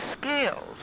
skills